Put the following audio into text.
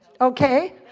Okay